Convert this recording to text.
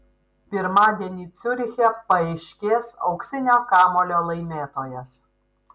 pirmadienį ciuriche paaiškės auksinio kamuolio laimėtojas